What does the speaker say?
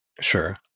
Sure